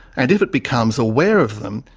and if it becomes aware of them,